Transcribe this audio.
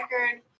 record